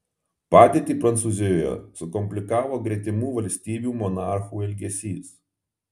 padėtį prancūzijoje sukomplikavo gretimų valstybių monarchų elgesys